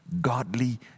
Godly